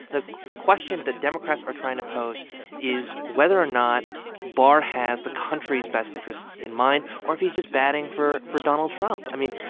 the the question that democrats are trying to pose is whether or not barr has the country's best interests in mind, or if he's just batting for for donald trump. i mean,